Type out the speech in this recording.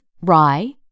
rye